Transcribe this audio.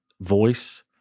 voice